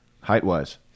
height-wise